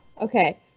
okay